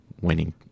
winning